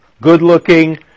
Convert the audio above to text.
good-looking